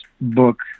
book